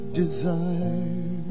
desire